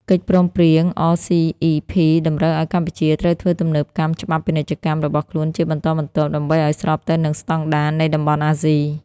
កិច្ចព្រមព្រៀង RCEP តម្រូវឱ្យកម្ពុជាត្រូវធ្វើទំនើបកម្មច្បាប់ពាណិជ្ជកម្មរបស់ខ្លួនជាបន្តបន្ទាប់ ដើម្បីឱ្យស្របទៅនឹងស្ដង់ដារនៃតំបន់អាស៊ី។